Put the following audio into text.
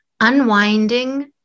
unwinding